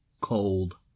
cold